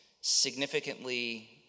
significantly